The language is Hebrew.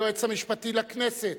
היועץ המשפטי לכנסת,